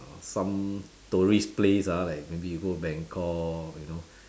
some tourist place ah like maybe you go Bangkok you know